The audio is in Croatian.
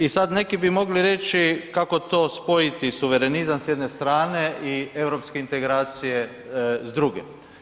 I sad neki bi mogli reći kako to spojiti suverenizam s jedne stane i europske integracije s druge.